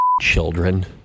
children